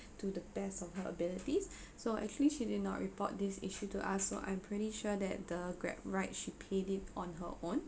to the best of her abilities so actually she did not report this issue to us so I'm pretty sure that the Grab ride she paid it on her own